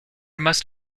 must